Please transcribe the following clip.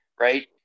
right